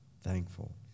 thankful